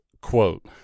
Quote